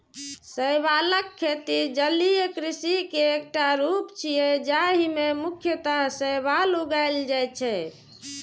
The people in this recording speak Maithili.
शैवालक खेती जलीय कृषि के एकटा रूप छियै, जाहि मे मुख्यतः शैवाल उगाएल जाइ छै